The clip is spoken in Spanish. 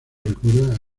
recuerda